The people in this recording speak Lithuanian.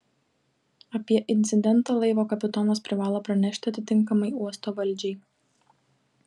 apie incidentą laivo kapitonas privalo pranešti atitinkamai uosto valdžiai